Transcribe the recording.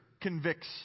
convicts